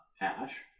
Ash